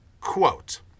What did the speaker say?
quote